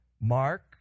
Mark